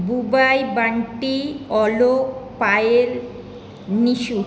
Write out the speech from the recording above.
Bubai Bunty Alok Payel Mishu